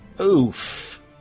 Oof